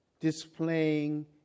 displaying